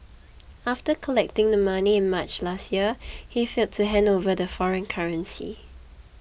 after collecting the money in March last year he failed to hand over the foreign currency